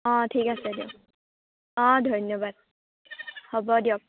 অঁ ঠিক আছে দিয়ক অঁ ধন্যবাদ হ'ব দিয়ক